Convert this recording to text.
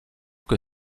que